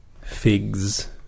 figs